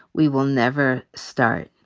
we will never start.